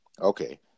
Okay